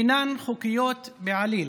אינן חוקיות בעליל,